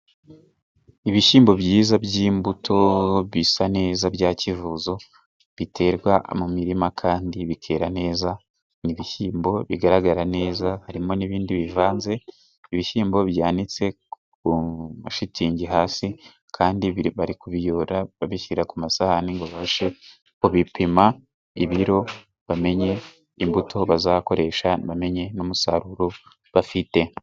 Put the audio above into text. Ibishyimbo byiza by'imbuto bisa neza bya kivuzo biterwa mu mirima kandi bikera neza, ni ibishyimbo bigaragara neza harimo n'ibindi bivanze. Ibishyimbo byanitse ku mashitingi hasi kandi bari kubiyobora babishyira ku masahani ngo babashe kubipima ibiro bamenye imbuto bazakoresha ,bamenye n'umusaruro bafite.